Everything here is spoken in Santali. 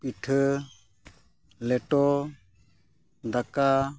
ᱯᱤᱴᱷᱟᱹ ᱞᱮᱴᱚ ᱫᱟᱠᱟ